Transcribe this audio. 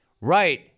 Right